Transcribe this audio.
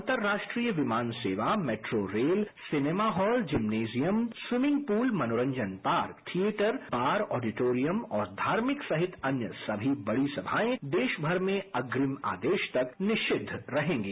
अंतरराष्ट्रीय विमान सेवा metro rail cinema hall gymnasium swimming pool मनोरंजन पार्क थियेटर बार ऑडिटोरियम और धार्मिक सहित अन्य सभी बड़ी सभाएं देशमर में अग्निम आदेश तक निषिद्ध रहेंगे